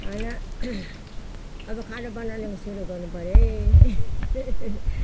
खाना अब खाना बनाउनुको सुरु गर्नु पर्यो है